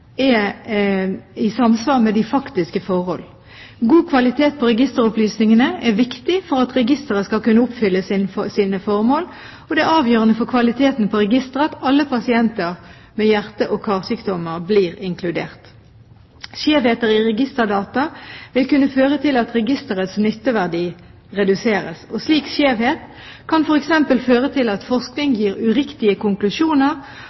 i samsvar med de faktiske forhold. God kvalitet på registeropplysningene er viktig for at registeret skal kunne oppfylle sine formål, og det er avgjørende for kvaliteten på registeret at alle pasienter med hjerte- og karsykdommer blir inkludert. Skjevheter i registerdata vil kunne føre til at registerets nytteverdi reduseres. Slik skjevhet kan f.eks. føre til at forskning gir uriktige konklusjoner,